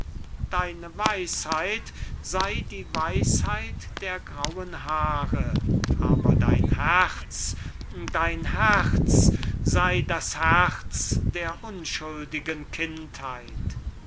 deine weisheit sey die weisheit der grauen haare aber dein herz dein herz sey das herz der unschuldigen kindheit